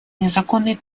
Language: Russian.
незаконной